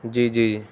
جی جی